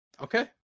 Okay